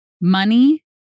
money